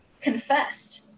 confessed